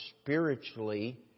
spiritually